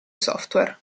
software